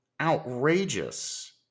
outrageous